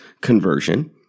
conversion